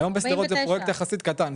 בשדרות זה פרויקט יחסית קטן,